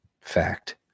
Fact